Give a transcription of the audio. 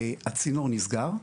הצינור נסגר,